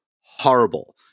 horrible